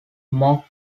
more